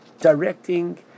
directing